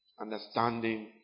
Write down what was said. understanding